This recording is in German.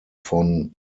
von